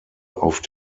auf